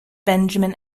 benjamin